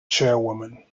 chairwoman